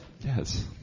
Yes